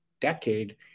decade